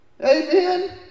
Amen